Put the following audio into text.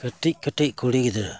ᱠᱟᱹᱴᱤᱡᱼᱠᱟᱹᱴᱤᱡ ᱠᱩᱲᱤ ᱜᱤᱫᱽᱨᱟᱹ